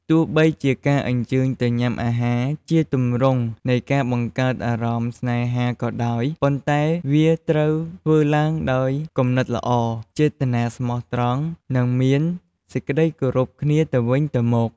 ទោះបីជាការអញ្ជើញទៅញ៉ាំអាហារ ជាទម្រង់មួយនៃការបង្កើតអារម្មណ៍ស្នេហាក៏ដោយ ប៉ុន្តែវាត្រូវធ្វើឡើងដោយគំនិតល្អ ចេតនាស្មោះត្រង់ និងមានសេចក្ដីគោរពគ្នាទៅវិញទៅមក។